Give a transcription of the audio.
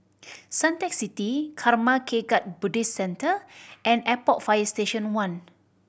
Suntec City Karma Kagyud Buddhist Centre and Airport Fire Station One